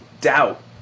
Doubt